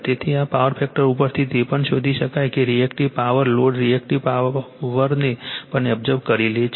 તેથી આ power factor ઉપરથી એ પણ શોધી શકાય છે કે રિએક્ટિવ પાવર લોડ રિએક્ટિવ પાવરને પણ એબ્સોર્બ કરી લે છે